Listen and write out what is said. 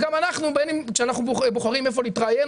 גם אנחנו כשאנחנו בוחרים איפה להתראיין,